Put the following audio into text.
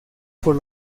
por